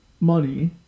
money